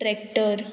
tractor